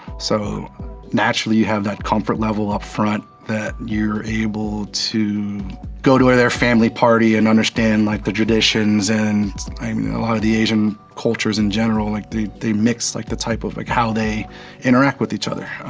so naturally, you have that comfort level up front that you're able to go to ah their family party and understand, like, the traditions, and i mean a lot of the asian cultures in general, like, they they mix like the type of like how they interact with each other.